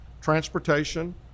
transportation